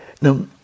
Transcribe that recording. Now